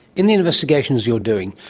in the investigations you're doing,